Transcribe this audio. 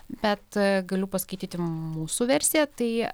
bet galiu paskaityti mūsų versiją tai